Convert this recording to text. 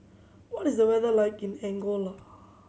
what is the weather like in Angola